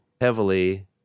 heavily